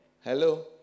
Hello